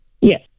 Yes